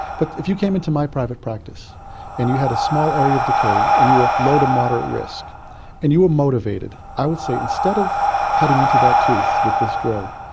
but if you came into my private practice and you had a small area of decay and you were at low to moderate risk and you were motivated, i would say, instead of cutting into that tooth with this drill,